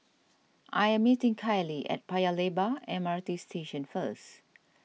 I am meeting Kiley at Paya Lebar M R T Station first